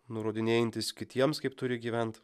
nurodinėjantis kitiems kaip turi gyvent